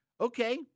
okay